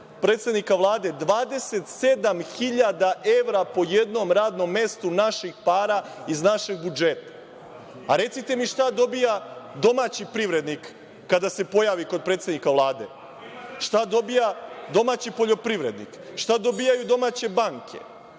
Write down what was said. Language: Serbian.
predsednika Vlade, 27.000 evra po jednom radnom mestu naših para iz našeg budžeta. Recite mi, šta dobija domaći privrednik kada se pojavi kod predsednika Vlade? Šta dobija domaći poljoprivrednik? Šta dobijaju domaće banke? Dakle,